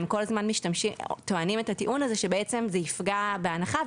כל הזמן הם טוענים שזה יפגע בהנחה,